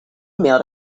mailed